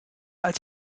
als